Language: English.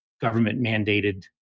government-mandated